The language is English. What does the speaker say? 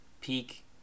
peak